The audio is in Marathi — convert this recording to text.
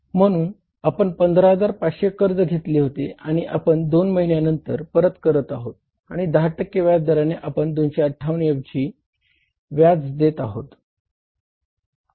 म्हणून आपण 15500 कर्ज घेतले होते आणि आपण ते 2 महिन्यांनंतर परत करत आहोत आणि 10 टक्के व्याज दराने आपण 258 एवढे व्याज देत आहोत